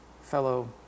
fellow